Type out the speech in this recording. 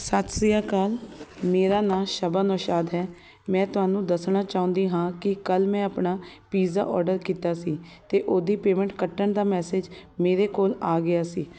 ਸਤਿ ਸ਼੍ਰੀ ਅਕਾਲ ਮੇਰਾ ਨਾਮ ਸ਼ਬਾ ਨਸ਼ਾਦ ਹੈ ਮੈਂ ਤੁਹਾਨੂੰ ਦੱਸਣਾ ਚਾਹੁੰਦੀ ਹਾਂ ਕਿ ਕੱਲ੍ਹ ਮੈਂ ਆਪਣਾ ਪਿਜ਼ਾ ਔਡਰ ਕੀਤਾ ਸੀ ਅਤੇ ਉਹਦੀ ਪੇਮੈਂਟ ਕੱਟਣ ਦਾ ਮੈਸੇਜ ਮੇਰੇ ਕੋਲ ਆ ਗਿਆ ਸੀ